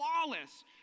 Flawless